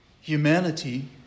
humanity